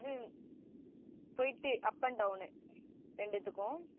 இது போயிட்டு up and down ரெண்டுத்துக்கும்